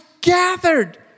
gathered